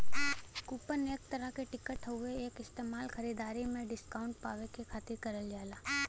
coupon एक तरह क टिकट हउवे एक इस्तेमाल खरीदारी में डिस्काउंट पावे क खातिर करल जाला